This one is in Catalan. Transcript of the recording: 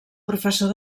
professor